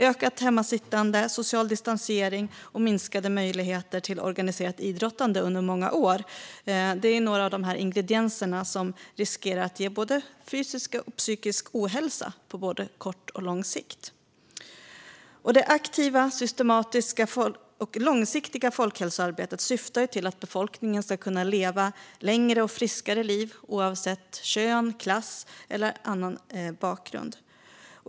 Ökat hemmasittande, social distansering och minskade möjligheter till organiserat idrottande under många år är några av de ingredienser som riskerar att ge såväl fysisk som psykisk ohälsa på både kort och lång sikt. Det aktiva, systematiska och långsiktiga folkhälsoarbetet syftar till att befolkningen ska kunna leva längre och friskare liv oavsett kön, klass och annan bakgrund.